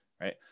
right